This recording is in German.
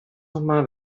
nochmal